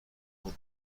بود